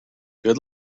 good